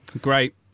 Great